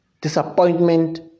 disappointment